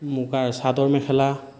মূগাৰ চাদৰ মেখেলা